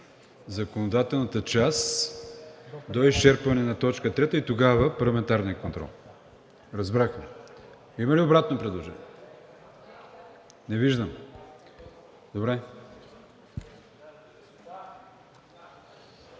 законодателната част, до изчерпване на т. 3, и тогава парламентарният контрол. Разбрах. Има ли обратно предложение? Не виждам.